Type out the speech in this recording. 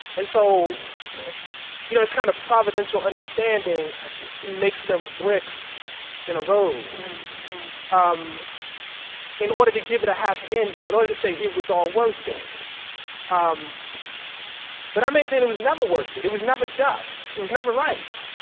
and so you know this kind of providential understanding makes them bricks in a road um in order to give it a happy ending, in order to say it was all worth it um but i maintain it was never worth it. it was never just. it was never right.